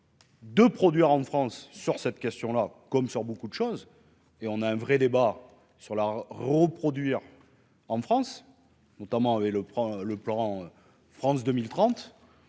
De produire en France sur cette question là comme sur beaucoup de choses et on a un vrai débat sur la reproduire en France notamment, et le prof le plan France 2030,